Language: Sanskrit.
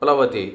प्लवते